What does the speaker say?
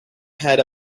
had